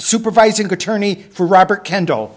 supervising attorney for robert kendal